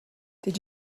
did